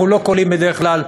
אנחנו לא קולעים בדרך כלל,